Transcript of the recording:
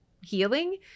healing